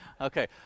Okay